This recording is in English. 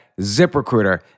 ZipRecruiter